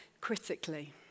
critically